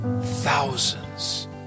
thousands